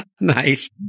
Nice